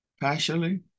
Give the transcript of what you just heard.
partially